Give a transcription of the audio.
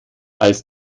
als